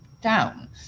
down